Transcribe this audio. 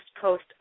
post